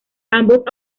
ambos